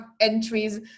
entries